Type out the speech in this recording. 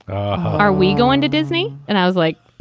are we going to disney? and i was like,